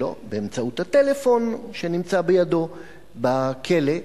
שלו, באמצעות הטלפון שנמצא בידו בכלא,